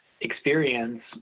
experience